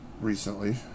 recently